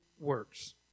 works